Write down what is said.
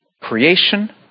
creation